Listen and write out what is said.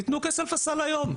תיתנו כסף לסל היום.